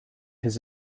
his